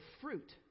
fruit